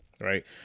right